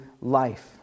life